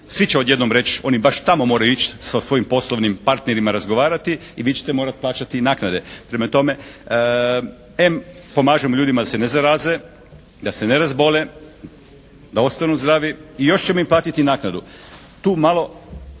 Svi će odjednom reć', oni tamo moraju ići sa svojim poslovnim partnerima razgovarati i vi ćete morati plaćati i naknade. Prema tome, em pomažemo ljudima da se ne zaraze, da se ne razbole, da ostanu zdravi i još ćemo im platiti naknadu. Tu malo